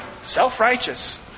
Self-righteous